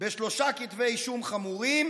בשלושה כתבי אישום חמורים.